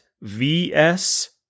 VS